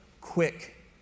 quick